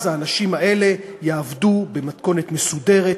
אז האנשים האלה יעבדו במתכונת מסודרת,